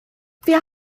wir